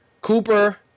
Cooper